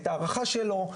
את ההערכה שלו,